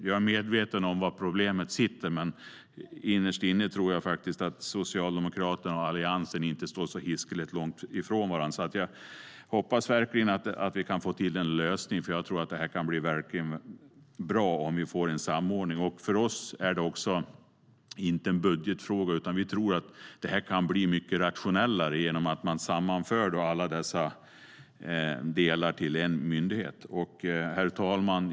Jag är medveten om var problemet sitter, men innerst inne tror jag faktiskt att Socialdemokraterna och Alliansen inte står så hiskligt långt ifrån varandra. Jag hoppas verkligen att vi kan få till en lösning, för jag tror att det kan bli riktigt bra om vi får en samordning. För oss är det inte en budgetfråga. Vi tror att det här kan bli mycket rationellare genom att man sammanför alla dessa delar till en myndighet. Herr talman!